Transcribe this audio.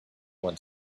want